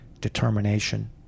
determination